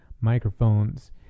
microphones